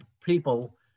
people